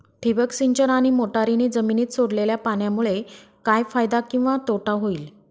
ठिबक सिंचन आणि मोटरीने जमिनीत सोडलेल्या पाण्यामुळे काय फायदा किंवा तोटा होईल?